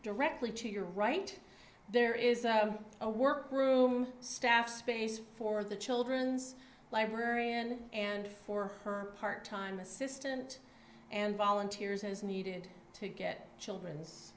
directly to your right there is a workgroup staff space for the children's librarian and for her part time assistant and volunteers as needed to get children